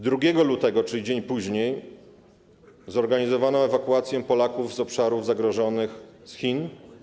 2 lutego, czyli dzień później, zorganizowano ewakuację Polaków z obszarów zagrożonych z Chin.